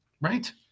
Right